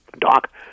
Doc